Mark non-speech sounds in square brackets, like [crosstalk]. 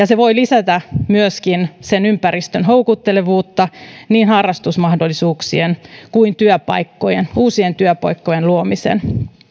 [unintelligible] se voi lisätä myöskin sen ympäristön houkuttelevuutta niin harrastusmahdollisuuksien kuin uusien työpaikkojen luomisen